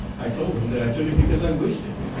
i told him that i took it because i wished it,